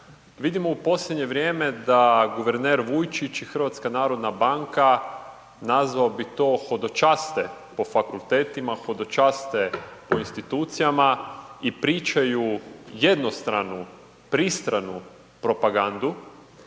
vidimo da u posljednje vrijeme da guverner Vujčić i HNB, nazvao bi to, hodočaste po fakultetima, hodočaste po institucijama i pričaju jednostranu, pristranu propagandu